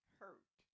hurt